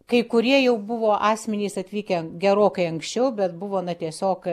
kai kurie jau buvo asmenys atvykę gerokai anksčiau bet buvo na tiesiog